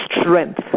strength